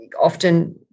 often